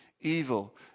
Evil